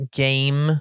game